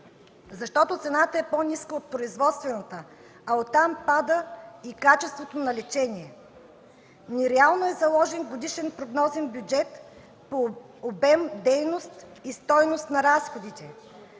защото цената е по-ниска от производствената, а оттам пада и качеството на лечение. Нереално е заложен годишен прогнозен бюджет по обем дейност и стойност на разходите.